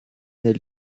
del